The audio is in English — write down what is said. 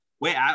Wait